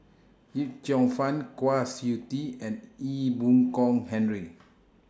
Yip Cheong Fun Kwa Siew Tee and Ee Boon Kong Henry